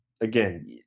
Again